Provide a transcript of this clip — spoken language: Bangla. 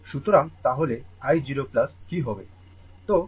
সুতরাং তাহলে i 0 কি হবে